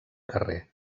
carrer